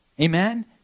Amen